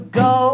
go